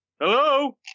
Hello